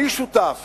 אני שותף